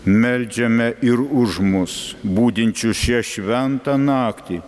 meldžiame ir už mus budinčius šią šventą naktį